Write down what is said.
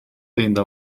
ayında